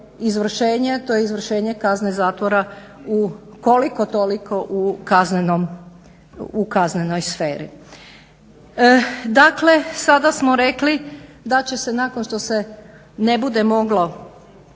izvršenje, a to je izvršenje kazne zatvora u koliko toliko u kaznenoj sferi. Dakle, sada smo rekli da će se nakon što se ne bude moglo